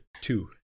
two